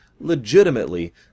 legitimately